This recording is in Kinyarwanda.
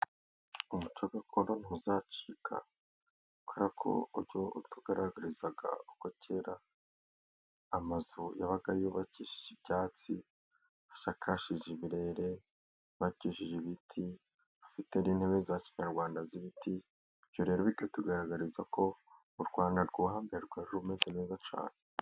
Umuco gakondo ntuzacyika kuko utugaragariza uko kera amazu yabaga yubakishije ibyatsi, ashakaje ibirere bakikije ibiti. Afite intebe za kinyarwanda z'ibiti ibyo rero bikatugaragariza ko U Rwanda ruhumeka neza cyane.